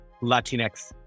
Latinx